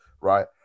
right